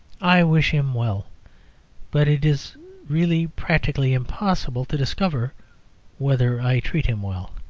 i wish him well but it is really practically impossible to discover whether i treat him well.